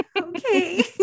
Okay